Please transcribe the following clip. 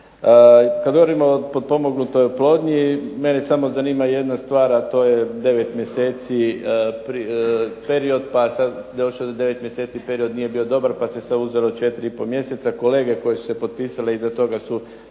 Kad govorimo o potpomognutoj oplodnji mene samo zanima jedna stvar, a to je 9 mjeseci period pa sad došao je do 9 mjeseci period nije bio dobar, pa se sad uzelo 4 i pol mjeseca. Kolege koji su se potpisale iza toga su